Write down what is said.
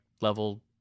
level